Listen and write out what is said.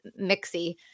mixy